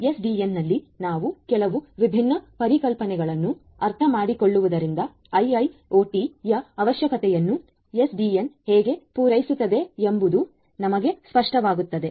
ಆದ್ದರಿಂದ ಎಸ್ಡಿಎನ್ನಲ್ಲಿ ನಾವು ಕೆಲವು ವಿಭಿನ್ನ ಪರಿಕಲ್ಪನೆಗಳನ್ನು ಅರ್ಥಮಾಡಿಕೊಳ್ಳುವುದರಿಂದ ಐಐಒಟಿಯ ಅವಶ್ಯಕತೆಗಳನ್ನು ಎಸ್ಡಿಎನ್ನ ಹೇಗೆ ಪೂರೈಸುತ್ತದೆ ಎಂಬುದು ನಮಗೆ ಸ್ಪಷ್ಟವಾಗುತ್ತದೆ